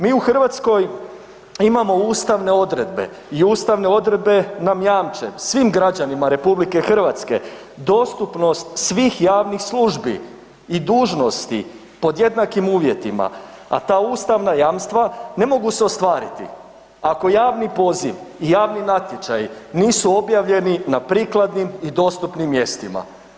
Mi u Hrvatskoj imamo ustavne odredbe i ustavne odredbe nam jamče svim građanima RH dostupnost svih javnih službi i dužnosti pod jednakim uvjetima a ta ustavna jamstva ne mogu se ostvariti ako javni poziv i javni natječaj nisu objavljeni na prikladni i dostupnim mjestima.